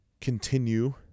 continue